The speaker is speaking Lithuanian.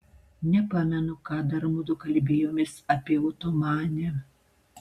nepamenu ką dar mudu kalbėjomės apie otomanę